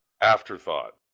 Afterthought